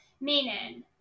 meaning